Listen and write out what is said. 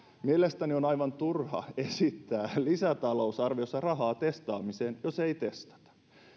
mielestäni on aivan turha esittää lisätalousarviossa rahaa testaamiseen jos ei testata